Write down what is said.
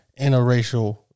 interracial